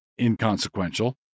inconsequential